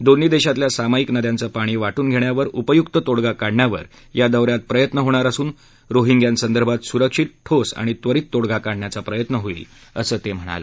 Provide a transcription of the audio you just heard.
दोन्ही देशातल्या सामायिक नद्यांचं पाणी वाटून घेण्यावर उपयुक्त तोडगा काढण्यावर या दौ यात प्रयत्न होणार असून रोहिंग्यांसदर्भात सुरक्षित ठोस आणि त्वरित तोडगा काढण्याचा प्रयत्न होईल असं ते म्हणाले